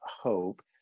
hope